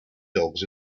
dogs